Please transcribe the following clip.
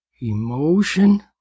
Emotion